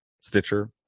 Stitcher